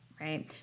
right